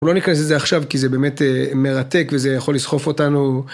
לא נכנס לזה עכשיו כי זה באמת מרתק וזה יכול לסחוף אותנו.